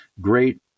great